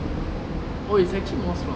oh is actually more slots